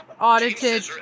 audited